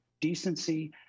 decency